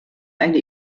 eine